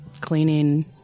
cleaning